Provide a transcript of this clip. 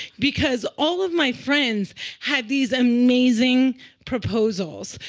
because all of my friends had these amazing proposals.